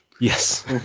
Yes